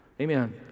Amen